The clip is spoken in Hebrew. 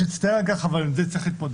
יש להצטער על כך, אבל עם זה צריך להתמודד.